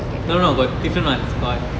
no no got different ones got